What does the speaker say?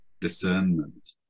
discernment